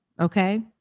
Okay